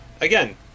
Again